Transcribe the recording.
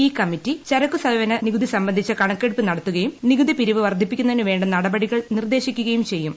ഈ കമ്മിറ്റി ചരക്കു സേവന നികുതി സംബന്ധിച്ച കണക്കെടുപ്പ് നടത്തുകയും നികുതി പിരിവ് വർദ്ധിപ്പിക്കുന്നതിന് വേ നടപടികൾ നിർദ്ദേശി ക്കുകയും ചെയ്യും